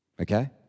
okay